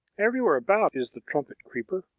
everywhere about is the trumpet creeper,